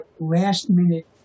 last-minute